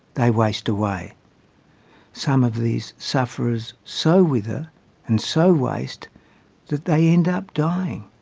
they waste away some of these sufferers so wither and so waste that they end up dying